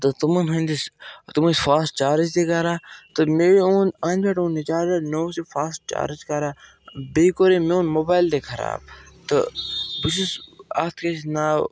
تہٕ تِمَن ہنٛدِس تِم ٲسۍ فاسٹ چارٕج تہِ کَران تہٕ مےٚ یہِ اوٚن پٮ۪ٹھ اوٚن یہِ چارجَر نَہ اوٗس یہِ فاسٹ چارٕج کَران بیٚیہِ کوٚر أمۍ میوٗن موبایل تہِ خراب تہٕ بہٕ چھُس اَتھ کیاہ چھِ ناو